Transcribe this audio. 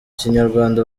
kinyarwanda